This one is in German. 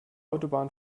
autobahn